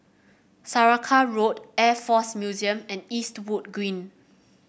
Saraca Road Air Force Museum and Eastwood Green